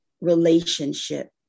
relationship